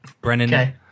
Brennan